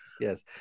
Yes